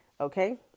Okay